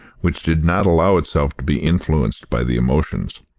which did not allow itself to be influenced by the emotions.